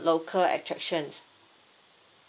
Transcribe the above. local attractions